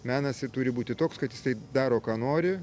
menas turi būti toks kad jisai daro ką nori